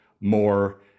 more